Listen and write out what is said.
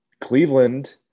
Cleveland